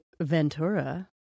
Ventura